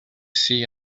see